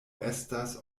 estas